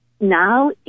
Now